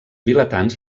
vilatans